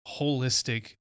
holistic